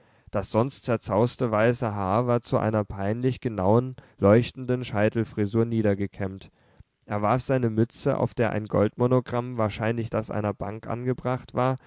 das sonst zerzauste weiße haar war zu einer peinlich genauen leuchtenden scheitelfrisur niedergekämmt er warf seine mütze auf der ein goldmonogramm wahrscheinlich das einer bank angebracht war